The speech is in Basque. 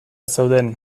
zeuden